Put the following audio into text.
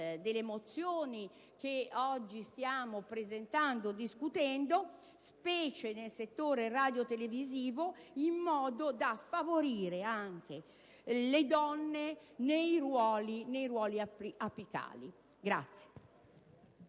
nelle mozioni che oggi stiamo presentando e discutendo, nel settore radiotelevisivo, in modo da favorire anche le donne nei ruoli apicali.